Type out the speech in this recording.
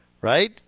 right